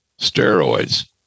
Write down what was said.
steroids